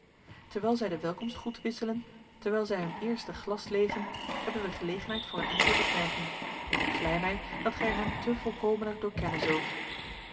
terwijl zij de welkomstgroet wisselen terwijl zij hun eerste glas leêgen hebben wij gelegenheid voor eene enkele opmerking ik vlei mij dat gij er hen te volkomener door kennen zult